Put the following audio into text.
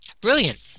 Brilliant